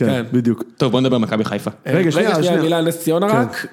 כן, בדיוק. טוב בוא נדבר על מכבי חיפה. רגע שנייה, רגע שנייה. רגע שנייה, מילה על נס-ציונה רק.